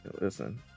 Listen